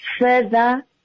further